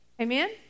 Amen